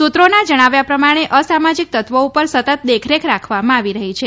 સૂત્રોના જણાવ્યા પ્રમાણે અસામાજીક તત્વી ઉપર સતત દેખરેખ રાખવામાં આવી રહી છે